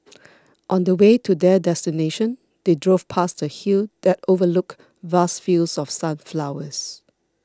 on the way to their destination they drove past a hill that overlooked vast fields of sunflowers